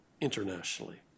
internationally